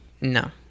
no